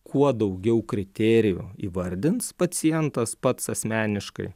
kuo daugiau kriterijų įvardins pacientas pats asmeniškai